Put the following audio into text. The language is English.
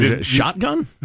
Shotgun